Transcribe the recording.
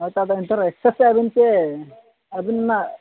ᱦᱳᱭ ᱛᱚ ᱟᱫᱚ ᱮᱱᱛᱮ ᱨᱮᱦᱚᱸ ᱮᱠᱥᱮᱠᱥ ᱮᱫᱟ ᱵᱮᱱ ᱥᱮ ᱟᱹᱵᱤᱱ ᱚᱱᱟ